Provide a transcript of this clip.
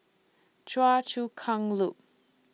Choa Chu Kang Loop